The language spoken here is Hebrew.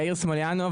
יאיר סמוליאנוב,